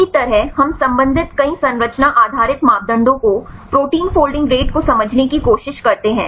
इसी तरह हम संबंधित कई संरचना आधारित मापदंडों को प्रोटीन फोल्डिंग रेट को समझने की कोशिश करते हैं